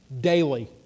daily